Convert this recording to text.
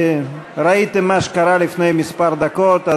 ראיתם מה קרה לפני כמה דקות,